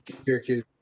Syracuse